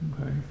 Okay